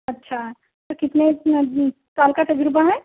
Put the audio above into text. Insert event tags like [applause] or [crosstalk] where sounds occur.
اچھا کتنے [unintelligible] سال کا تجربہ ہے